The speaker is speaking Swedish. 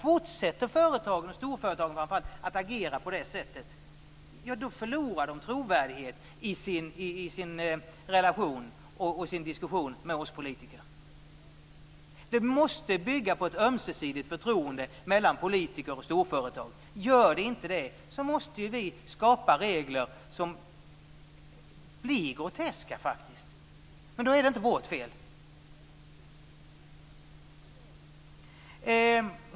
Fortsätter företagen - framför allt storföretagen - att agera på det sättet förlorar de trovärdighet i sin relation och sin diskussion med oss politiker. Det måste finnas ett ömsesidigt förtroende mellan politiker och storföretag. Gör det inte det måste vi skapa regler som faktiskt blir groteska, men då är det inte vårt fel.